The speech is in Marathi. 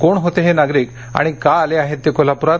कोण होते हे नागरिक आणि का आले आहेत ते कोल्हापुरात